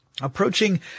approaching